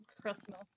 Christmas